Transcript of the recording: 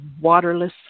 waterless